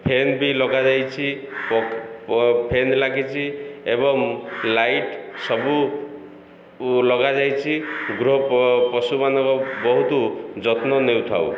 fan ବି ଲଗାଯାଇଛି fan ଲାଗିଛି ଏବଂ ଲାଇଟ୍ ସବୁ ଲଗାଯାଇଛି ଗୃହ ପଶୁମାନଙ୍କ ବହୁତ ଯତ୍ନ ନେଉଥାଉ